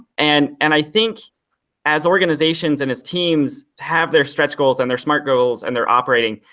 and and i think as organizations and as teams have their stretch goals and their smart goals and they're operating,